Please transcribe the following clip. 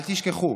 אל תשכחו,